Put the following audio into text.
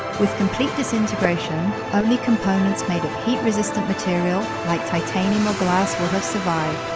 with complete disintegration only components made of heat resistant material like titanium or glass will have survived.